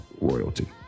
royalty